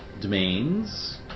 domains